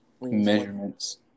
measurements